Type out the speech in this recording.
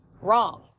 wrong